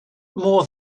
more